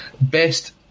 best